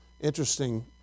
interesting